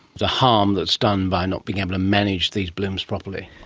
the harm that's done by not being able to manage these blooms properly?